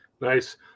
Nice